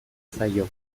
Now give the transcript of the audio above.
zaio